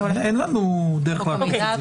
אין לנו דרך לעקוף את זה.